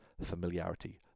familiarity